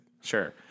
Sure